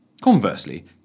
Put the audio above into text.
Conversely